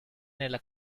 nella